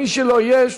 מי שלא יהיה,